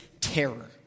terror